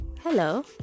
hello